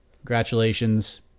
Congratulations